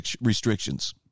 restrictions